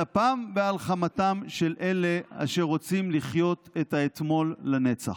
על אפם ועל חמתם של אלה אשר רוצים לחיות את האתמול לנצח.